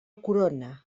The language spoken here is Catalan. corona